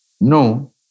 No